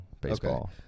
baseball